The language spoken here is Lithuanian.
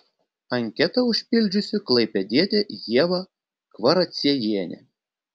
anketą užpildžiusi klaipėdietė ieva kvaraciejienė